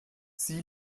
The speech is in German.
sie